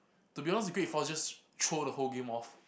to be honest the grade four just throw the whole game off